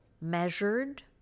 measured